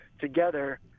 together